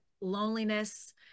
loneliness